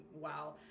wow